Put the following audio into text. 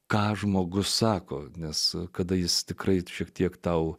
ką žmogus sako nes kada jis tikrai šiek tiek tau